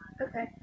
Okay